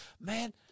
man